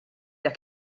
dan